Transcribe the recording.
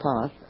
path